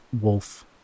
wolf